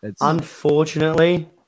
Unfortunately